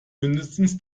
mindestens